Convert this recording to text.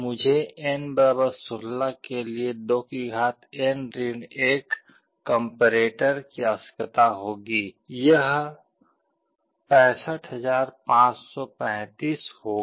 मुझे n 16 के लिए 2n 1 कम्पेरेटर की आवश्यकता होगी यह 65535 होगा